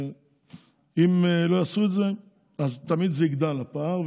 אם לא יעשו את זה אז תמיד יגדל הפער,